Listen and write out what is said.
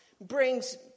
brings